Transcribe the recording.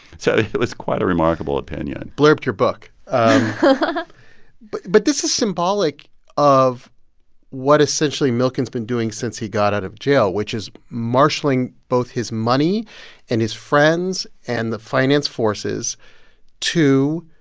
so it was quite a remarkable opinion blurbed your book and but but this is symbolic of what, essentially, milken's been doing since he got out of jail, which is marshalling both his money and his friends and the finance forces to